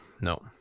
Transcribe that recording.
no